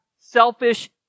selfish